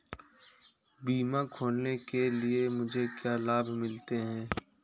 बीमा खोलने के लिए मुझे क्या लाभ मिलते हैं?